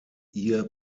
ihr